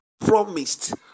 promised